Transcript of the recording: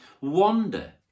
wander